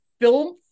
film